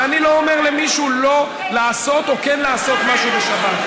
ואני לא אומר למישהו לא לעשות או כן לעשות משהו בשבת.